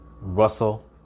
Russell